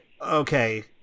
Okay